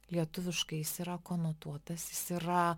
lietuviškai jis yra konotuotas jis yra